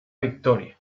victoria